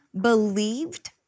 believed